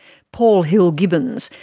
paul hill-gibbins,